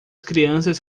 crianças